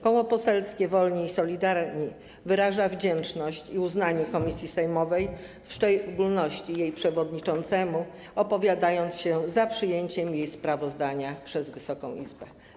Koło Poselskie Wolni i Solidarni wyraża wdzięczność i uznanie komisji sejmowej, w szczególności jej przewodniczącemu, i opowiada się za przyjęciem jej sprawozdania przez Wysoką Izbę.